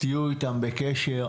תהיו איתם בקשר,